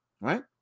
Right